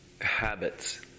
habits